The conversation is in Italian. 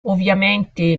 ovviamente